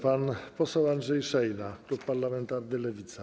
Pan poseł Andrzej Szejna, klub parlamentarny Lewica.